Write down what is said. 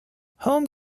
home